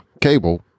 cable